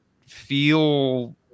feel